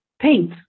paint